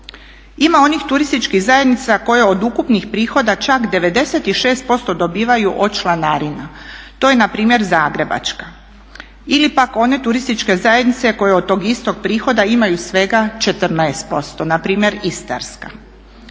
Ima onih turističkih zajednica koje od ukupnih prihoda čak 96% dobivaju od članarina. To je npr. Zagrebačka ili pak one turističke zajednice koje od tog istog prihoda imaju svega 14%, npr. istarska.